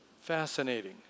fascinating